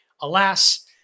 Alas